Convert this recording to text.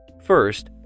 First